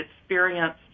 experienced